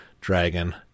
dragon